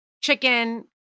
chicken